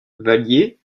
valier